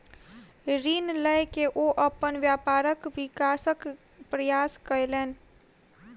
ऋण लय के ओ अपन व्यापारक विकासक प्रयास कयलैन